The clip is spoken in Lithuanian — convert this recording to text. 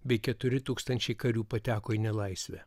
bei keturi tūkstančiai karių pateko į nelaisvę